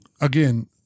again